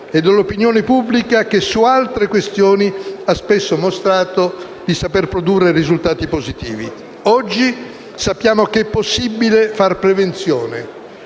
e dell'opinione pubblica che su altre questioni ha spesso mostrato di saper produrre risultati positivi. Oggi sappiamo che è possibile fare prevenzione